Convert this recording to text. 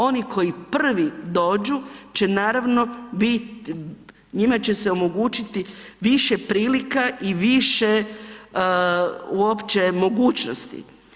Oni koji prvi dođu će naravno bit, njima će se omogućiti više prilika i više uopće mogućnosti.